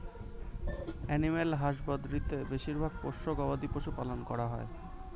animal husbandry তে বেশিরভাগ পোষ্য গবাদি পশু পালন করা হয়